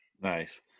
Nice